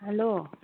hello